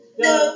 no